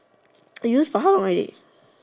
you use for how long already